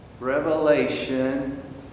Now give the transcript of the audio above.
revelation